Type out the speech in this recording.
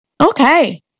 Okay